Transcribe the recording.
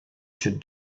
should